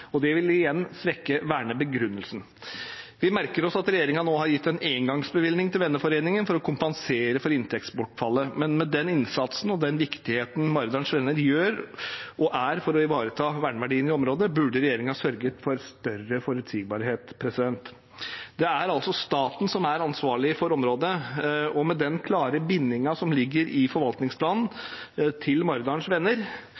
og det vil igjen svekke vernebegrunnelsen. Vi merker oss at regjeringen nå har gitt en engangsbevilgning til venneforeningen for å kompensere for inntektsbortfallet, men med den innsatsen Maridalens Venner gjør, og den viktigheten de har for å ivareta verneverdiene i området, burde regjeringen sørget for større forutsigbarhet. Det er altså staten som er ansvarlig for området, og med den klare bindingen til Maridalens Venner som ligger i